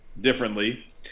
differently